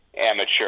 amateur